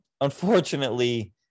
Unfortunately